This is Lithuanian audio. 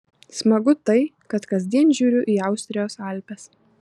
smagu tai kad kasdien žiūriu į austrijos alpes